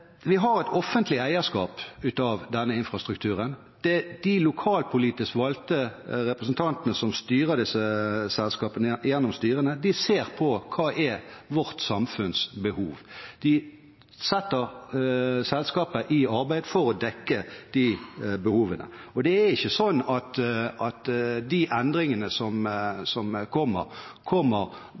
Vi har et offentlig eierskap av denne infrastrukturen. Det er de lokalpolitisk valgte representantene som gjennom styrene styrer disse selskapene. De ser på hva som er vårt samfunns behov. De setter selskapet i arbeid for å dekke de behovene. Det er ikke sånn at de endringene som kommer, kommer